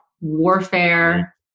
warfare